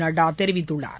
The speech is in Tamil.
நட்டா தெிவித்துள்ளார்